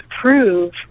prove